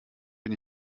bin